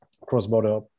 cross-border